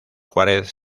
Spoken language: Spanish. juárez